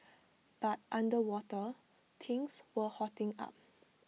but underwater things were hotting up